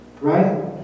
right